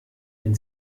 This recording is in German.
wenn